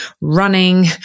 running